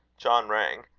john rang.